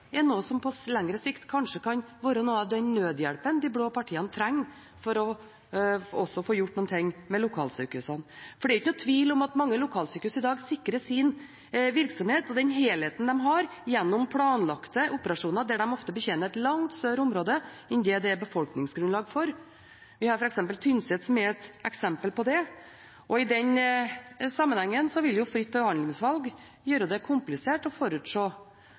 til noe slikt uten kamp. Men fritt behandlingsvalg er noe som på lengre sikt kanskje kan være noe av den nødhjelpen de blå partiene trenger for også å få gjort noe med lokalsykehusene. For det er ikke noen tvil om at mange lokalsykehus i dag sikrer sin virksomhet og den helheten de har, gjennom planlagte operasjoner der de ofte betjener et langt større område enn det det er befolkningsgrunnlag for. Tynset er et eksempel på det, og i den sammenhengen vil fritt behandlingsvalg gjøre det komplisert å